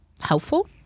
Helpful